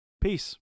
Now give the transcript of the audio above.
Peace